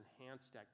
enhanced